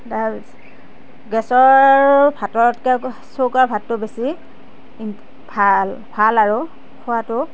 গেছৰ ভাততকৈ চৌকাৰ ভাতটো বেছি ভাল ভাল আৰু খোৱাতো